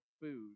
food